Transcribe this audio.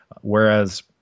whereas